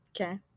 Okay